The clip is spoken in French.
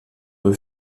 eux